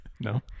No